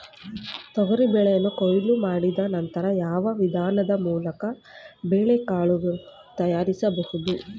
ತೊಗರಿ ಬೇಳೆಯನ್ನು ಕೊಯ್ಲು ಮಾಡಿದ ನಂತರ ಯಾವ ವಿಧಾನದ ಮೂಲಕ ಬೇಳೆಕಾಳು ತಯಾರಿಸಬಹುದು?